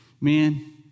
man